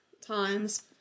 times